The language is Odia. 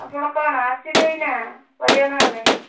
ଆପଣ କ'ଣ ଆସିବେ ଏଇନା ପରିବା ନେବା ପାଇଁ